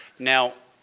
now,